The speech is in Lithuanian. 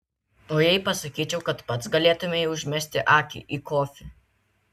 o jei pasakyčiau kad pats galėtumei užmesti akį į kofį